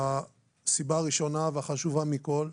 הסיבה הראשונה והחשובה מכל,